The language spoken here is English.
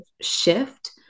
shift